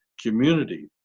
Community